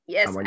Yes